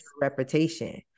reputation